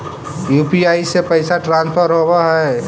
UPI से पैसा transfer होवहै?